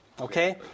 Okay